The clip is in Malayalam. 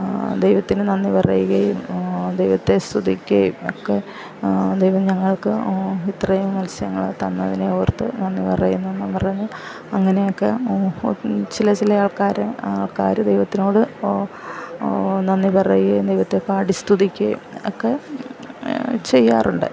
ദൈവത്തിന് നന്ദി പറയുകയും ദൈവത്തെ സ്തുതിക്കുകയും ഒക്കെ ദൈവം ഞങ്ങൾക്ക് ഇത്രയും മത്സ്യങ്ങളെ തന്നതിനെ ഓർത്ത് നന്ദി പറയുന്നു എന്ന് പറഞ്ഞു അങ്ങനെയൊക്കെ ചില ചില ആൾക്കാർ ആൾക്കാർ ദൈവത്തിനോട് നന്ദി പറയുകയും ദൈവത്തെ പാടി സ്തുതിക്കുകയും ഒക്കെ ചെയ്യാറുണ്ട്